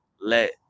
let